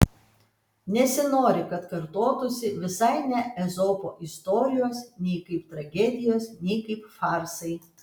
nesinori kad kartotųsi visai ne ezopo istorijos nei kaip tragedijos nei kaip farsai